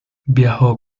viajó